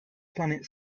planet